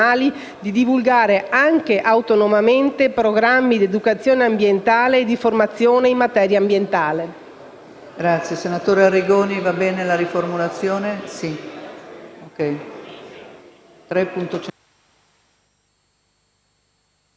di divulgare anche autonomamente programmi di educazione ambientale e di formazione in materia ambientale.